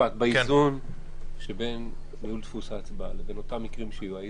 באיזון שבין ניהול דפוס ההצבעה לבין אותם מקרים שיהיו,